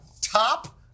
Top